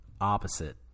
Opposite